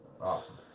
Awesome